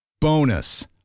Bonus